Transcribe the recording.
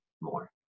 more